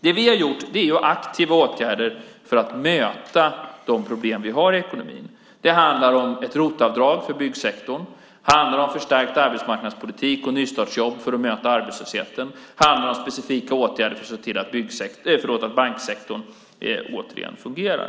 Det som vi har gjort är att vidta aktiva åtgärder för att möta de problem som vi har i ekonomin. Det handlar om ett ROT-avdrag för byggsektorn. Det handlar om en förstärkt arbetsmarknadspolitik och nystartsjobb för att möta arbetslösheten. Det handlar om specifika åtgärder för att se till att banksektorn återigen ska fungera.